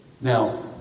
Now